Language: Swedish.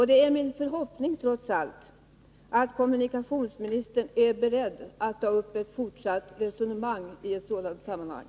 Min förhoppning är trots allt att kommunikationsministern är beredd att ta upp ett fortsatt resonemang i ett sådant sammanhang.